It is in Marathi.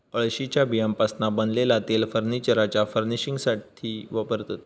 अळशीच्या बियांपासना बनलेला तेल फर्नीचरच्या फर्निशिंगसाथी वापरतत